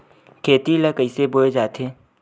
खेती ला कइसे बोय जाथे?